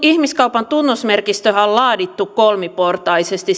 ihmiskaupan tunnusmerkistöhän on laadittu kolmiportaisesti